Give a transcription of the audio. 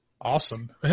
Awesome